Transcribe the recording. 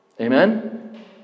Amen